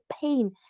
pain